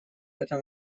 этом